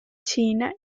china